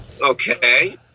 Okay